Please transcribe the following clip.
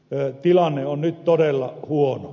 tilanne on nyt todella huono